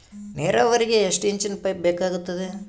ನೇರಾವರಿಗೆ ಎಷ್ಟು ಇಂಚಿನ ಪೈಪ್ ಬೇಕಾಗುತ್ತದೆ?